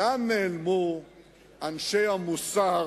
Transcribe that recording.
לאן נעלמו אנשי המוסר